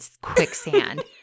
quicksand